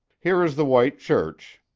here is the white church.